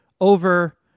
over